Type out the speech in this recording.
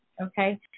okay